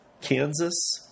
Kansas